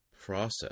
process